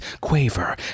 quaver